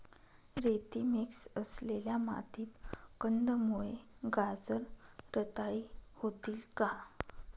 रेती मिक्स असलेल्या मातीत कंदमुळे, गाजर रताळी होतील का?